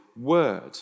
word